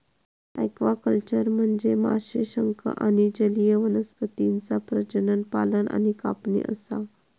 aquaculture म्हनजे माशे, शंख आणि जलीय वनस्पतींचा प्रजनन, पालन आणि कापणी असा